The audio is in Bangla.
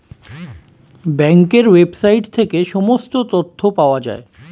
ব্যাঙ্কের ওয়েবসাইট থেকে সমস্ত তথ্য পাওয়া যায়